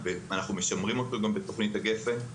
ואנחנו משמרים אותו גם בתכנית הגפ"ן.